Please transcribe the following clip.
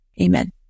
amen